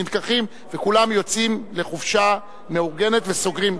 וכולם יוצאים לחופשה מאורגנת וסוגרים.